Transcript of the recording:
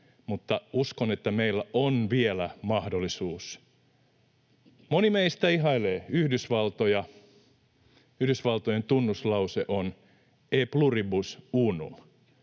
mutta uskon, että meillä on vielä mahdollisuus. Moni meistä ihailee Yhdysvaltoja. Yhdysvaltojen tunnuslause on: E pluribus unum.